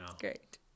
great